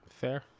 Fair